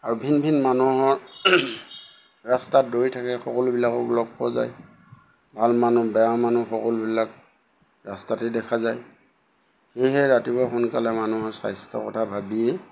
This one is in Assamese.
আৰু ভিন ভিন মানুহৰ ৰাস্তাত দৌৰি থাকে সকলোবিলাকক লগ পোৱা যায় ভাল মানুহ বেয়া মানুহ সকলোবিলাক ৰাস্তাতে দেখা যায় সেয়েহে ৰাতিপুৱা সোনকালে মানুহৰ স্বাস্থ্য কথা ভাবিয়েই